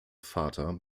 vater